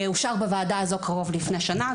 אושר בוועדה הזו קרוב ללפני שנה.